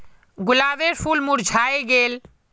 गुलाबेर फूल मुर्झाए गेल